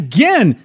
Again